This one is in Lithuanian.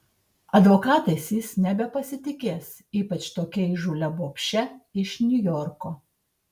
advokatais jis nebepasitikės ypač tokia įžūlia bobše iš niujorko